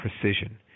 precision